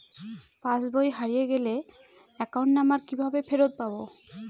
পাসবই হারিয়ে গেলে account number কিভাবে ফেরত পাব?